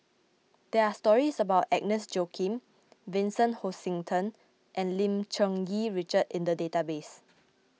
there are stories about Agnes Joaquim Vincent Hoisington and Lim Cherng Yih Richard in the database